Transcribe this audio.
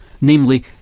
namely